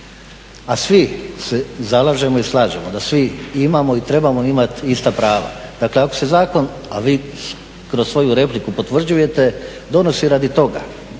a svi se zalažemo i slažemo da svi imamo i trebamo imati ista prava. Dakle, ako se zakon, a vi kroz svoju repliku potvrđujete donosi radi toga